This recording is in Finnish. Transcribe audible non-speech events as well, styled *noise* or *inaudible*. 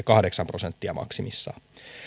*unintelligible* kahdeksan prosenttia maksimissaan